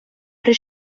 при